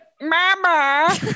mama